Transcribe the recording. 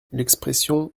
l’expression